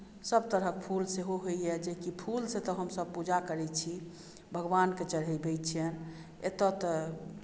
सभतरहक फूल सेहो होइए जेकि फूलसँ तऽ हमसभ पूजा करैत छी भगवानकेँ चढ़बैत छियनि एतय तऽ